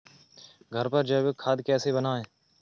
घर पर जैविक खाद कैसे बनाएँ?